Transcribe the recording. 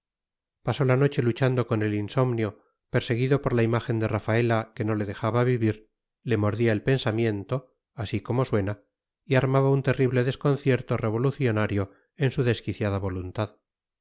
pasó la noche luchando con el insomnio perseguido por la imagen de rafaela que no le dejaba vivir le mordía el pensamiento así como suena y armaba un terrible desconcierto revolucionario en su desquiciada voluntad